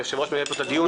היושב-ראש מנהל את הדיון,